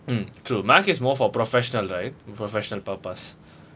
mm true mac is more for professional right with professional purpose